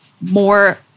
more